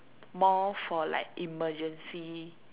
more for like emergency